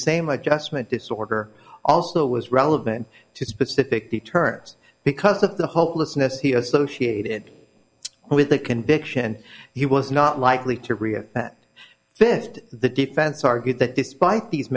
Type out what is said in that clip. same adjustment disorder also was relevant to specific deterrence because of the hopelessness he associated with the conviction he was not likely to rear fifth the defense argued that despite these